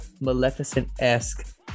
Maleficent-esque